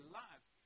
lives